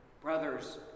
brothers